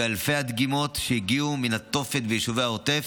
ואלפי הדגימות שהגיעו מן התופת ביישובי העוטף,